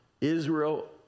Israel